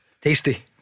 tasty